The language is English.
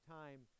time